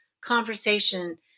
conversation